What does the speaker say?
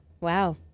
Wow